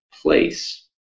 place